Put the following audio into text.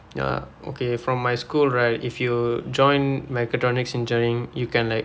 ya okay from my school right if you join mechatronics engineering you can like